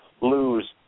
lose